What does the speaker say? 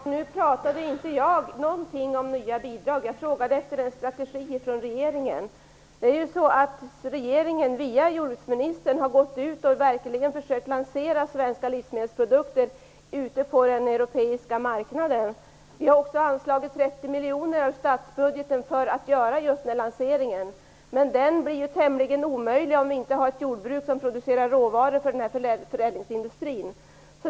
Fru talman! Nu sade inte jag någonting om nya bidrag. Jag frågade efter en strategi från regeringen. Regeringen har via jordbruksministern gått ut och verkligen försökt lansera svenska livsmedelsprodukter på den europeiska marknaden. Man har också anslagit 30 miljoner av statsbudgeten för att göra just denna lansering, men det blir ju tämligen omöjligt om vi inte har ett jordbruk som producerar råvaror till förädlingsindustrin.